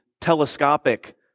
telescopic